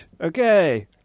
Okay